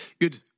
Good